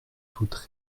toute